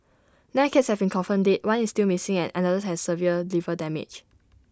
nine cats have been confirmed dead one is still missing and another has severe liver damage